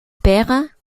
père